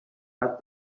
but